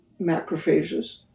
macrophages